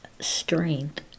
strength